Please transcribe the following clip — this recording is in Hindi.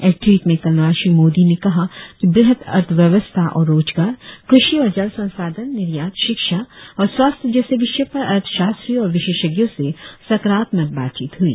एक ट्वीट में कल रात श्री मोदी ने कहा कि वृहद अर्थव्यवस्था और रोजगार कृषि और जल संसाधन निर्यात शिक्षा और स्वास्थ्य जैसे विषयों पर अर्थशास्त्रियों और विशेषज्ञों से सकारात्मक बातचीत हुई